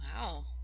Wow